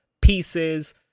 pieces